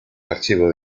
archivo